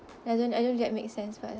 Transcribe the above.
I don't I don't get make sense by that